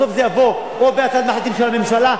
בסוף זה יבוא, או בהצעת מחליטים של הממשלה.